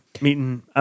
Meeting –